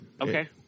Okay